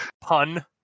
pun